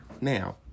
Now